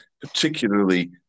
particularly